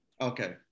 Okay